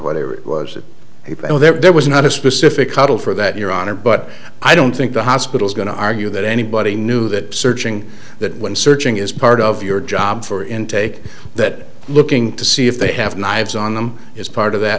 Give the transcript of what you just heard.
whatever it was that there was not a specific cuttle for that your honor but i don't think the hospital's going to argue that anybody knew that searching that when searching is part of your job for intake that looking to see if they have knives on them is part of that